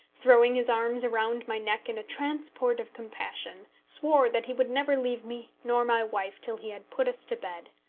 throwing his arms round my neck in a transport of compassion, swore that he would never leave me nor my wife till he had put us to bed.